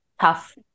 tough